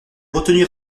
retenir